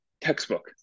Textbook